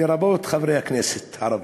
לרבות חברי הכנסת הערבים.